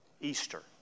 Easter